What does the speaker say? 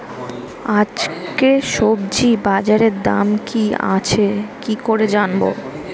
আজকে সবজি বাজারে দাম কি আছে কি করে জানবো?